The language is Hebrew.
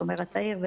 השומר הצעיר,